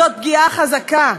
זאת פגיעה חזקה.